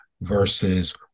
versus